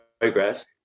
progress